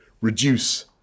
reduce